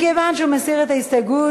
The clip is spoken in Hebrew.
מכיוון שהוא מסיר את ההסתייגות,